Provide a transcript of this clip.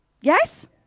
Yes